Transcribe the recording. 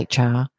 HR